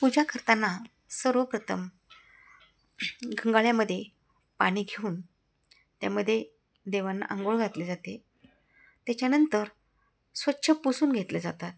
पूजा करताना सर्वप्रथम गंगाळ्यामदे पाणी घेऊन त्यामध्ये देवांना आंघोळ घातली जाते त्याच्यानंतर स्वच्छ पुसून घेतले जातात